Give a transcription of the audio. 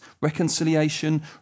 reconciliation